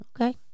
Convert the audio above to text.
okay